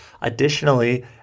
Additionally